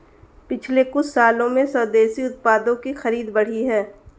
पिछले कुछ सालों में स्वदेशी उत्पादों की खरीद बढ़ी है